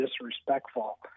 disrespectful